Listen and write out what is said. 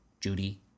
Judy